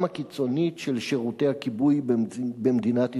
הקיצונית של שירותי הכיבוי במדינת ישראל.